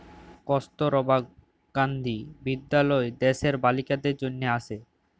কস্তুরবা গান্ধী বিদ্যালয় দ্যাশের বালিকাদের জনহে আসে